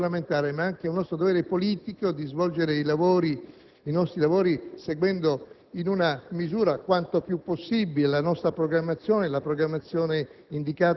Grazie